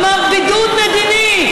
הוא אמר: בידוד מדיני,